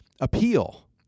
appeal